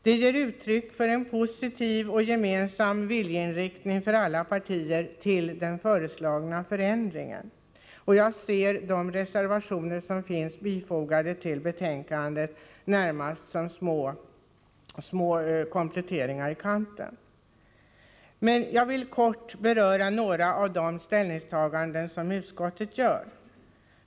Det ger uttryck för en positiv och gemensam viljeinriktning för alla partier till den föreslagna förändringen. Jag betraktar de reservationer som finns fogade till betänkandet närmast som små kompletteringar i kanten. Jag skall bara kort beröra några av de ställningstaganden som utskottet gör.